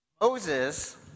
Moses